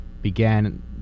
began